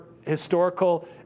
historical